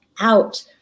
out